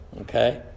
Okay